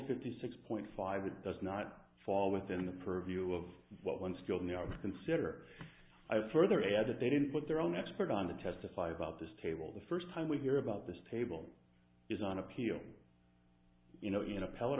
fifty six point five that does not fall within the purview of what one still never consider further edit they didn't put their own expert on to testify about this table the first time we hear about this table is on appeal you know in appell